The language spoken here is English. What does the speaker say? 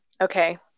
okay